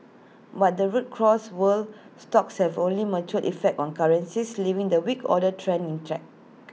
but the rout cross world stocks have only mature effect on currencies leaving the weak order trend in check